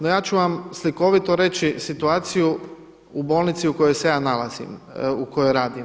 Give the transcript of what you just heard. No ja ću vam slikovito reći situaciju u bolnici u kojoj se ja nalazim u kojoj radim.